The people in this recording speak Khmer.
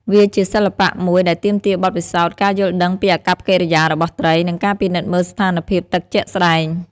វាជាសិល្បៈមួយដែលទាមទារបទពិសោធន៍ ការយល់ដឹងពីអាកប្បកិរិយារបស់ត្រី និងការពិនិត្យមើលស្ថានភាពទឹកជាក់ស្តែង។